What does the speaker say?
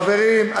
חברים,